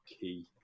key